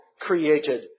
created